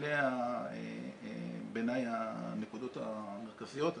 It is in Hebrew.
אלה בעיניי הנקודות המרכזיות.